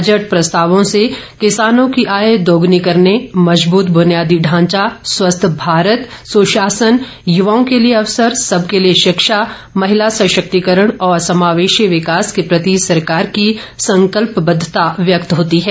budget प्रस्तावों से राष्ट्र प्रथम किसानों की आय दोगुनी करने मजबूत बुनियादी ढांचा स्वस्थ भारत सुशासन युवाओं के लिए अवसर सबके लिए शिक्षा महिला संशक्तिकरण और समावेशी विकास के प्रति सरकार की संकलपबद्धता व्यक्त होती है